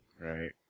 Right